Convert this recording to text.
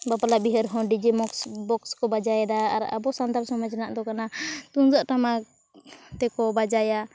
ᱵᱟᱯᱞᱟ ᱵᱤᱦᱟᱹ ᱨᱮᱦᱚᱸ ᱰᱤᱡᱮ ᱵᱚᱠᱥᱠᱚ ᱵᱟᱡᱟᱭᱮᱫᱟ ᱟᱨ ᱟᱵᱚ ᱥᱟᱱᱛᱟᱲ ᱥᱚᱢᱟᱡᱽ ᱨᱮᱱᱟᱜᱫᱚ ᱠᱟᱱᱟ ᱛᱩᱱᱫᱟᱜ ᱴᱟᱢᱟᱠᱛᱮ ᱠᱚ ᱵᱟᱡᱟᱭᱟ